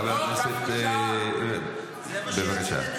בבקשה, אדוני.